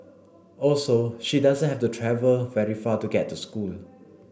also she does have to travel very far to get to school